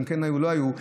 אם כן היו או לא היו,